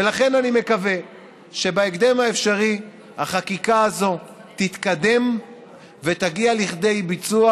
ולכן אני מקווה שבהקדם האפשרי החקיקה הזו תתקדם ותגיע לכדי ביצוע,